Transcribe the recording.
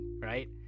right